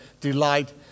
delight